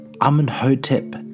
Amenhotep